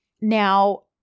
Now